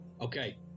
okay